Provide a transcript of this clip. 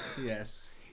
Yes